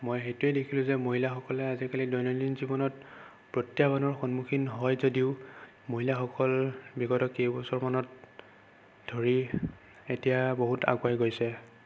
মই সেইটোৱে দেখিলোঁ যে মহিলাসকলে আজিকালি দৈনন্দিন জীৱনত প্ৰত্যাহ্বানৰ সন্মুখীন হয় যদিও মহিলাসকল বিগত কেই বছৰমান ধৰি এতিয়া বহুত আগুৱাই গৈছে